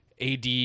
ad